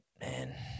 man